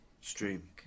Stream